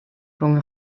rhwng